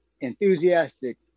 enthusiastic